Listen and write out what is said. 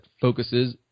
focuses